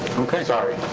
okay. sorry.